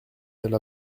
elle